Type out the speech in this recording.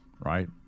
right